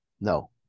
No